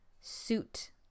suit